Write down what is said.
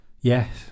Yes